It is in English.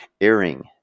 airing